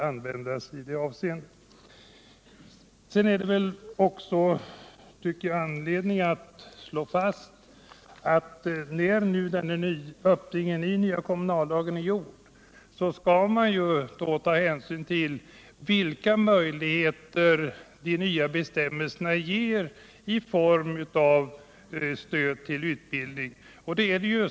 Jag tycker att det finns anledning att slå fast att när nu denna öppning i den nya kommunallagen givits, så skall man ta hänsyn till vilka möjligheter de nya bestämmelserna ger när det gäller stöd för utbildning.